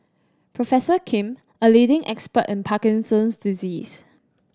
Professor Kim a leading expert in Parkinson's disease